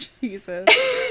Jesus